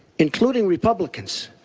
including republicans,